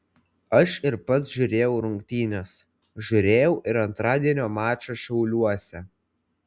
aš ir pats žiūrėjau rungtynes žiūrėjau ir antradienio mačą šiauliuose